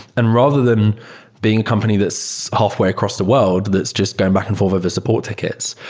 and rather than being a company that's halfway across the world that's just going back and forth of the support tickets,